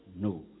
No